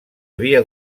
havia